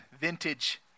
vintage